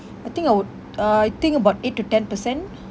I think I would uh I think about eight to ten percent